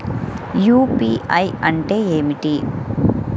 UPI అంటే ఏమిటి?